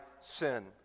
sin